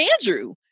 Andrew